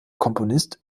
komponist